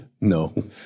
no